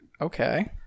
Okay